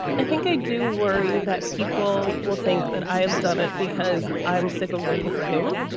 i think i do worry that people will think that i have done it because i'm sick of waiting for him.